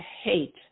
hate